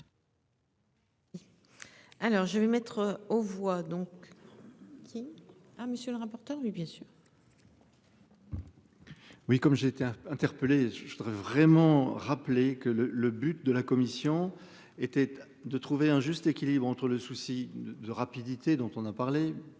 Alors je vais mettre aux voix donc. Qui a monsieur le rapporteur. Oui bien sûr. Oui comme j'étais. Je voudrais vraiment rappeler que le le but de la commission était de trouver un juste équilibre entre le souci de rapidité dont on a parlé.